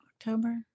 October